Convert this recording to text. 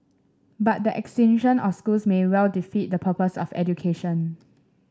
but the extinction of schools may well defeat the purpose of education